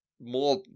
more